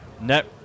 net